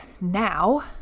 now